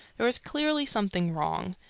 there was clearly something wrong.